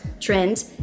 trends